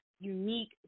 unique